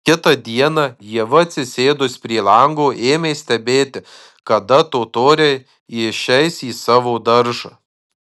kitą dieną ieva atsisėdus prie lango ėmė stebėti kada totoriai išeis į savo daržą